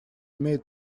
имеет